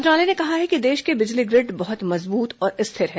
मंत्रालय ने कहा है कि देश के बिजली ग्रिड बहुत मजबूत और स्थिर हैं